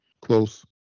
close